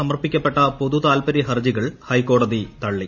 സമർപ്പിക്കപ്പെട്ട ക്ലപ്പൂർതു താൽപ്പര്യ ഹർജികൾ ഹൈക്കോടതി തള്ളി